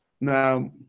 Now